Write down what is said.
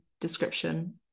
description